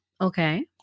Okay